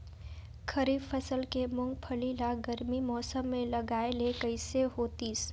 खरीफ फसल के मुंगफली ला गरमी मौसम मे लगाय ले कइसे होतिस?